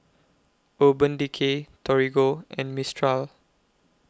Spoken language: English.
Urban Decay Torigo and Mistral